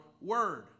word